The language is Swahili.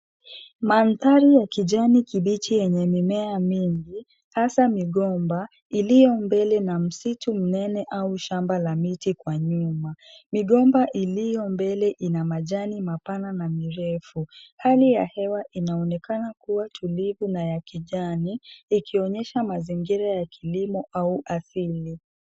Mandhari ya kijani kibichi yenye mimea mingi hasaa migomba, iliyo mbele na msitu mnene au shamba la miti kwa nyuma ,migomba iliyo mbele ina majani mapana na mirefu, hali ya hewa inaonekana kuwa tulivu na ya kijani ikionyesha mazingira ya kilimo au asili.